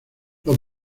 los